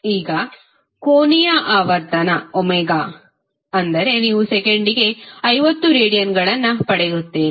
ಈಗ ಕೋನೀಯ ಆವರ್ತನ ಅಂದರೆ ನೀವು ಸೆಕೆಂಡಿಗೆ 50 ರೇಡಿಯನ್ಗಳನ್ನು ಪಡೆಯುತ್ತೀರಿ